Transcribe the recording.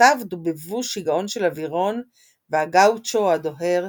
ובעקבותיו דובבו "שיגעון של אווירון" ו"הגאוצ'ו הדוהר"